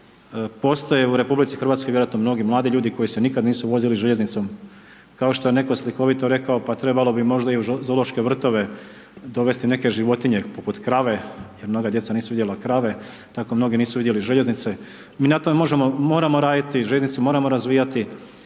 u RH vjerojatno mnogi mladi ljudi koji se nikad nisu vozili željeznicom, kao što je netko slikovito rekao, pa trebalo bi možda i u zoološke vrtove dovesti neke životinje poput krave jer mnoga djeca nisu vidjela krave tako mnogi nisu vidjeli željeznice, mi na tome moramo raditi, željeznice moramo razvijati